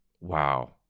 wow